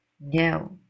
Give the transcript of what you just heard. No